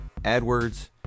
AdWords